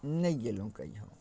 नहि गेलहुँ कहिओ